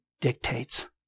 dictates